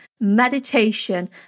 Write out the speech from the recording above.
meditation